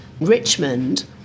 Richmond